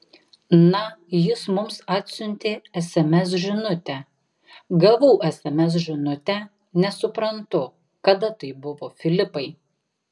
na jis mums atsiuntė sms žinutę gavau sms žinutę nesuprantu kada tai buvo filipai